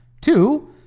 Two